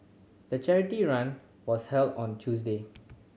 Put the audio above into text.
the charity run was held on Tuesday